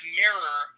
mirror